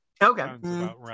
Okay